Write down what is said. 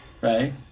right